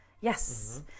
Yes